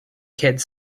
kids